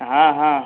हाँ हाँ